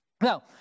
Now